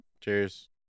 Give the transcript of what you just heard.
cheers